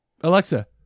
Alexa